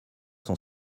sont